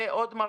ועוד מרכיבים.